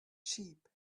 sheep